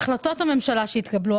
החלטות הממשלה שהתקבלו,